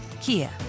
Kia